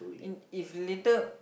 and if you later